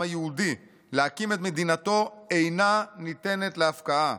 היהודי להקים את מדינתו אינה ניתנת להפקעה.